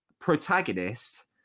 protagonist